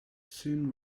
soon